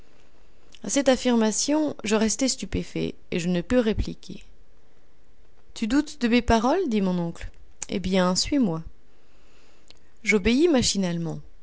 cette affirmation je restai stupéfait et je ne pus répliquer tu doutes de mes paroles dit mon oncle eh bien suis-moi j'obéis